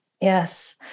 Yes